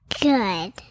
Good